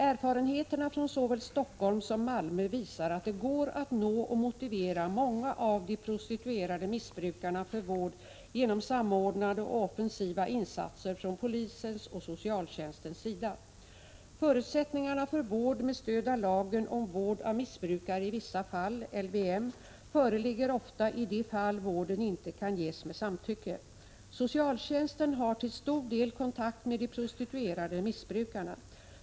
Erfarenheterna från såväl Stockholm som Malmö visar att det går att nå och motivera många av de prostituerade missbrukarna för vård genom samordnade och offensiva insatser från polisens och socialtjänstens sida. hindra spridning av aids genom prostituerade Förutsättningarna för vård med stöd av lagen om vård av missbrukare i vissa fall föreligger ofta i de fall vården inte kan ges med samtycke. Socialtjänsten har till stor del kontakt med de prostituerade missbrukarna.